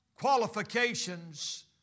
qualifications